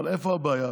אבל איפה הבעיה?